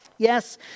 Yes